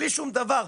בלי שום דבר,